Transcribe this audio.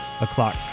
O'Clock